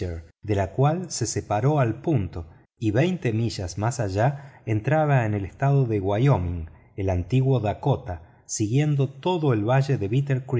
de la cual se separó al punto y veinte millas más allá entraba en el estado de wyoming el antiguo dakota siguiendo todo el valle de bitter